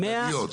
הדדיות.